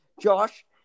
Josh